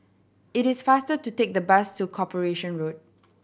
it is faster to take the bus to Corporation Road